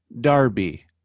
Darby